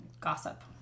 gossip